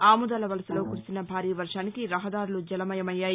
ఆముదాల వలసలో కురిసిన భారీ వర్వానికి రహదారులు జలమయమయ్యాయి